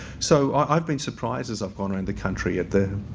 so, i've been surprised as i've gone around the country at the